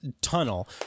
tunnel